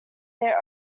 their